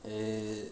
eh